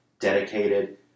dedicated